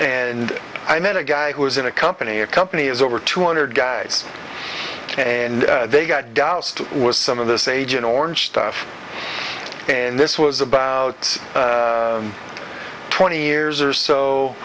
and i met a guy who was in a company a company is over two hundred guys and they got doused with some of this agent orange stuff and this was about twenty years or so